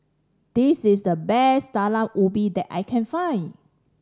this is the best Talam Ubi that I can find